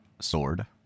sword